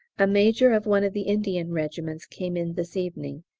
a major of one of the indian regiments came in this evening.